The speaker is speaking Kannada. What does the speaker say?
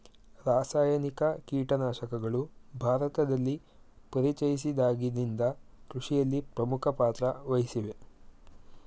ರಾಸಾಯನಿಕ ಕೀಟನಾಶಕಗಳು ಭಾರತದಲ್ಲಿ ಪರಿಚಯಿಸಿದಾಗಿನಿಂದ ಕೃಷಿಯಲ್ಲಿ ಪ್ರಮುಖ ಪಾತ್ರ ವಹಿಸಿವೆ